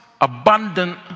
abundant